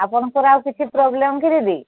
ଆପଣଙ୍କର ଆଉ କିଛି ପ୍ରୋବ୍ଲେମ୍ କି ଦିଦି